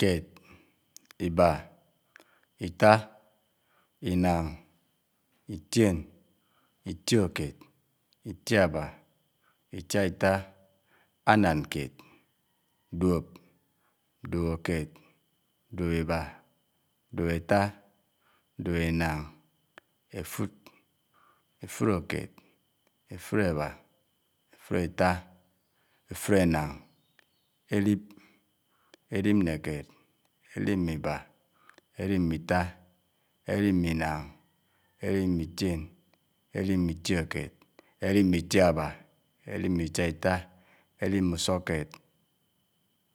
Kèd, ibà, itá, ináng, itièn, itiòkèd, itiábá, itiá itá, ánánkèd, duòb, duòbòkèd, duòbèbá, duòbètà, duòbènàn, èfud, èfur'kèd, èfur'èbá, èfur'ètá, èfur'ènàn, èlib, èlib ne kèd, èlib nè iba, èlib n'itá, èlib n'inang, èlib n'ifiòn, èlib na itiòkèd, èlib n’itiàbà, èlib n'itiáitá, èlib n'usukkèd,